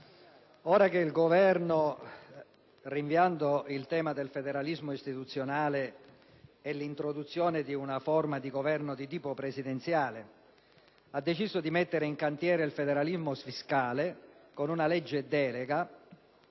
ora che il Governo, rinviando il tema del federalismo istituzionale e l'introduzione di una forma di governo di tipo presidenziale, ha deciso di mettere in cantiere il federalismo fiscale con una legge delega,